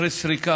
אחרי סריקה,